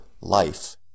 life